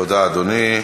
תודה, אדוני.